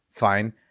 fine